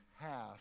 half